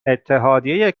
اتحادیه